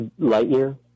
Lightyear